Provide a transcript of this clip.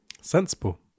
Sensible